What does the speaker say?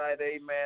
Amen